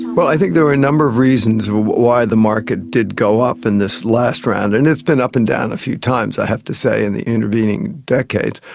well, i think there were a number of reasons why the market did go up in this last round, and it's been up and down a few times i have to say in the intervening decades.